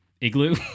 igloo